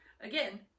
Again